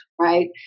right